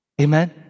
Amen